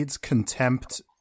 contempt